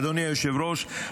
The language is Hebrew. אדוני היושב-ראש,